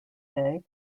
day